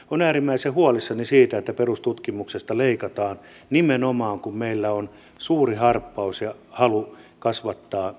olen äärimmäisen huolissani siitä että perustutkimuksesta leikataan nimenomaan kun meillä on suuri harppaus ja halu kasvattaa biotaloutta